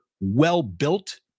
well-built